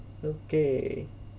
okay